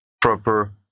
proper